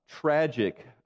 tragic